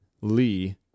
Lee